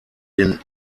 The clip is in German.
den